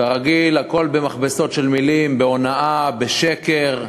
כרגיל, הכול במילים מכובסות, בהונאה, בשקר.